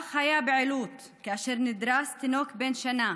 כך היה בעילוט, כאשר נדרס תינוק בן שנה,